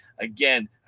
Again